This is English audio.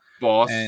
Boss